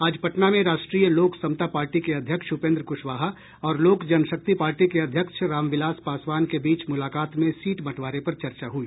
आज पटना में राष्ट्रीय लोक समता पार्टी के अध्यक्ष उपेन्द्र कुशवाहा और लोक जन शक्ति पार्टी के अध्यक्ष राम विलास पासवान के बीच मुलाकात में सीट बंटवारे पर चर्चा हुई